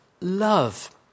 love